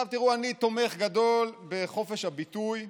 אני תומך גדול בחופש הביטוי,